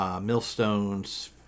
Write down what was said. Millstones